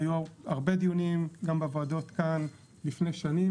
היו הרבה דיונים גם בוועדות כאן לפני שנים.